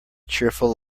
cheerful